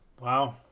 Wow